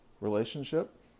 relationship